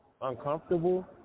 uncomfortable